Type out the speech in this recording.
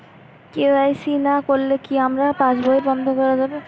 KYC না করলে কি আমার পাশ বই বন্ধ হয়ে যাবে?